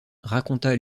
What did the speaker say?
raconta